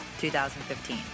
2015